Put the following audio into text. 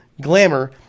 glamour